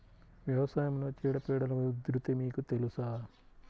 వ్యవసాయంలో చీడపీడల ఉధృతి మీకు తెలుసా?